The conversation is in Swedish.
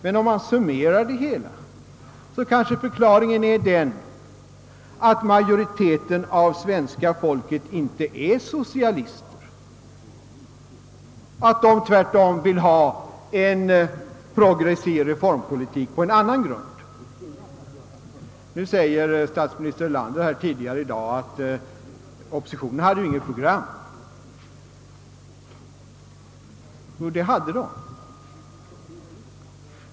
Men om man summerar det hela, kanske man finner alt förklaringen är den, att majoriteten av svenska folket inte är socialister utan att den tvärtom vill ha en progressiv reformpolitik på en annan grund. i dag, att oppositionen inte hade något program. Jo, det hade den.